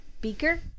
Beaker